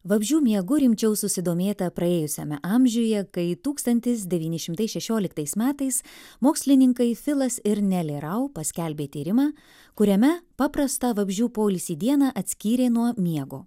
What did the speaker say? vabzdžių miegu rimčiau susidomėta praėjusiame amžiuje kai tūkstantis devyni šimtai šešioliktais metais mokslininkai filas ir nelė rau paskelbė tyrimą kuriame paprastą vabzdžių poilsį dieną atskyrė nuo miego